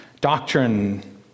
doctrine